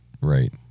Right